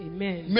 Amen